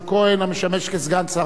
המשמש כסגן שר האוצר.